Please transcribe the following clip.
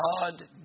God